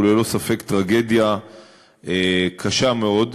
הוא ללא ספק טרגדיה קשה מאוד,